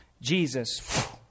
Jesus